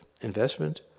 investment